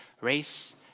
race